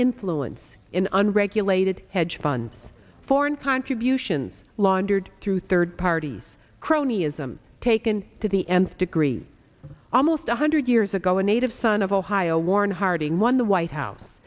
influence in unregulated hedge funds foreign contributions laundered through third parties cronyism taken to the nth degree almost one hundred years ago a native son of ohio warren harding won the white house